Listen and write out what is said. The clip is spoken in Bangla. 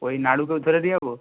ওই নাড়ুকেও ধরে দিয়ে যাব